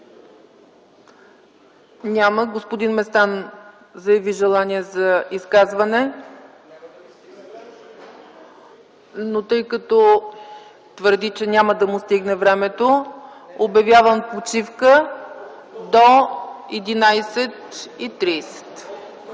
Няма. Господин Местан заяви желание за изказване, но тъй като твърди, че няма да му стигне времето, обявявам почивка до 11,30